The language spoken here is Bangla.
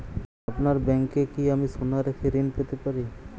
আপনার ব্যাংকে কি আমি সোনা রেখে ঋণ পেতে পারি?